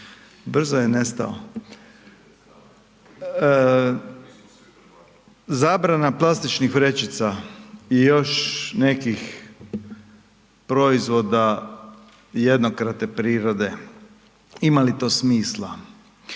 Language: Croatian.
brzo je nestao. Zabrana plastičnih vrećica i još nekih proizvoda jednokratne prirode, ima li to smisla?